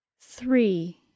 THREE